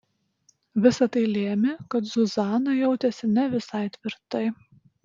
visa tai lėmė kad zuzana jautėsi ne visai tvirtai